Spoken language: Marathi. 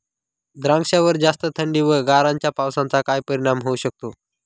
द्राक्षावर जास्त थंडी व गारांच्या पावसाचा काय परिणाम होऊ शकतो?